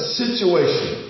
situation